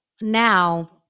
now